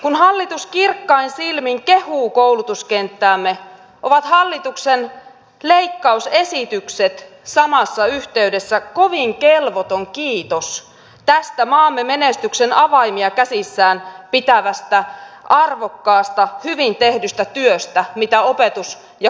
kun hallitus kirkkain silmin kehuu koulutuskenttäämme ovat hallituksen leikkausesitykset samassa yhteydessä kovin kelvoton kiitos tästä maamme menestyksen avaimia käsissään pitävästä arvokkaasta hyvin tehdystä työstä mitä opetus ja kulttuuritoimessa tehdään